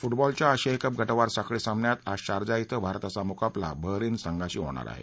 फुटबॉलच्या आशियाई कप गटवार साखळी सामन्यात आज शारजा ड्रिं भारताचा मुकाबला बहरीन संघाशी होणार आहे